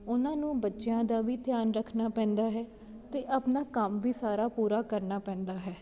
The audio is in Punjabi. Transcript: ਉਹਨਾਂ ਨੂੰ ਬੱਚਿਆਂ ਦਾ ਵੀ ਧਿਆਨ ਰੱਖਣਾ ਪੈਂਦਾ ਹੈ ਅਤੇ ਆਪਣਾ ਕੰਮ ਵੀ ਸਾਰਾ ਪੂਰਾ ਕਰਨਾ ਪੈਂਦਾ ਹੈ